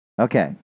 Okay